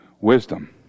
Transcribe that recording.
wisdom